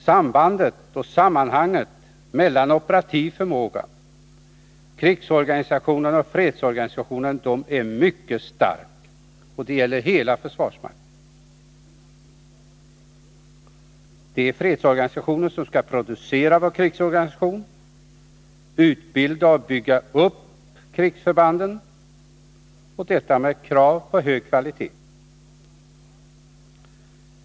Sambandet och sammanhanget mellan operativ förmåga, krigsorganisation och fredsorganisation är mycket starkt, och det gäller hela försvarsmakten. Det är fredsorganisationen som skall producera vår krigsorganisation, utbilda och bygga upp krigsförbanden — och detta med krav på hög kvalitet.